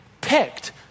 picked